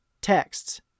texts